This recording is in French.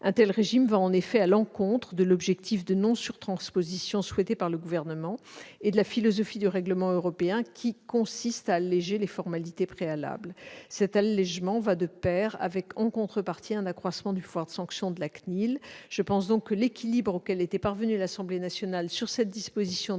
Un tel régime va en effet à l'encontre de l'objectif de non-surtransposition souhaité par le Gouvernement et de la philosophie du règlement européen, qui vise à alléger les formalités préalables. Cet allégement va de pair, en contrepartie, avec un accroissement du pouvoir de sanction de la CNIL. L'équilibre auquel était parvenue l'Assemblée nationale sur cette disposition doit être maintenu.